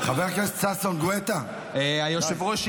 חבר הכנסת ששון גואטה, די.